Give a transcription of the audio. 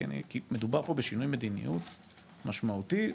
כי מדובר פה בשינוי מדיניות משמעותי.